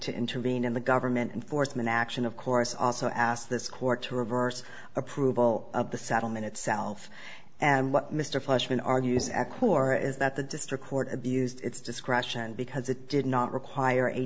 to intervene in the government and forstmann action of course also asked this court to reverse approval of the settlement itself and what mr fleishman argues accor is that the district court abused its discretion because it did not require a